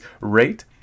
rate